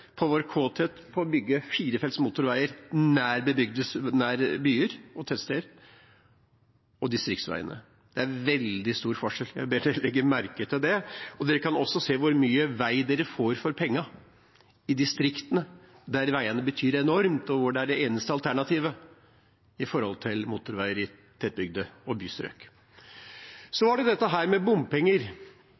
på vår kåthet etter å bygge firefelts motorveier nær byer og tettsteder og å bygge distriktsveier. Det er veldig stor forskjell. Jeg ber en legge merke til det. En kan også se hvor mye vei en får for pengene i distriktene, der veiene betyr enormt, og hvor det er det eneste alternativet, i forhold til motorveier i tettbygde strøk og bystrøk. Så er det dette med bompenger,